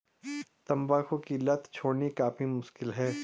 तंबाकू की लत छोड़नी काफी मुश्किल है